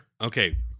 okay